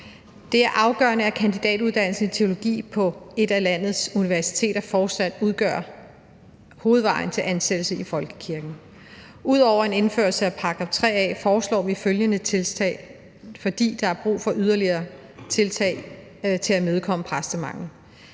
Det er afgørende, at kandidatuddannelsen i teologi på et af landets universiteter fortsat udgør hovedvejen til ansættelse i folkekirken. Ud over en indførelse af § 3 a foreslår vi følgende tiltag, fordi der er brug for yderligere tiltag til at imødekomme præstemangel: